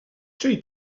czyj